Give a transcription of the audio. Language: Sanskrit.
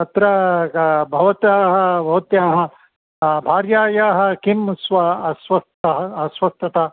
तत्र ग भवतः भवत्याः भार्यायाः किं स्व अस्वस्थ अस्वस्थता